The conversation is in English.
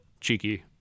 cheeky